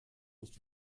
nicht